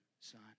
son